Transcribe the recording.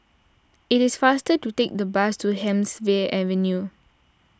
it is faster to take the bus to Hemsley Avenue